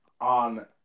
on